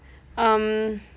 um